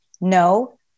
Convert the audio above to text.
no